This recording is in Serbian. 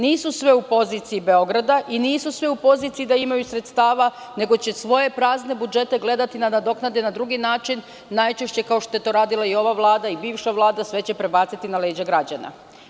Nisu svi u poziciji Beograda i nisu svi u poziciji da imaju sredstava, nego će svoje prazne budžete gledati da nadoknade na drugi način, najčešće kao što je to radila i ova i bivša Vlada, sve će prebaciti na leđa građana.